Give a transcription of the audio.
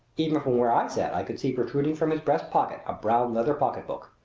even from where i sat i could see protruding from his breast-pocket a brown leather pocketbook.